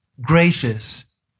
gracious